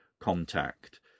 contact